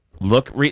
Look